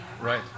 right